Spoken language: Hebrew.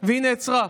והיא נעצרה.